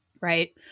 Right